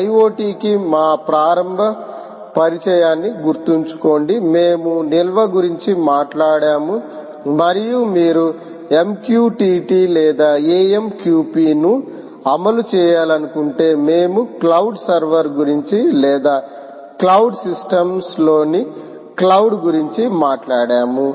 IoT కి మా ప్రారంభ పరిచయాన్ని గుర్తుంచుకోండి మేము నిల్వ గురించి మాట్లాడాము మరియు మీరు MQTT లేదా AMQP ను అమలు చేయాలనుకుంటే మేము క్లౌడ్ సర్వర్ గురించి లేదా క్లౌడ్ సిస్టమ్స్లోని క్లౌడ్ల గురించి మాట్లాడాము